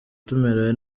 tumerewe